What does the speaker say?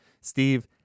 Steve